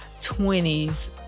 20s